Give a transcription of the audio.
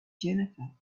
jennifer